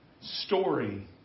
story